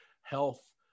health